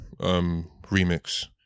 remix